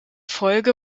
folge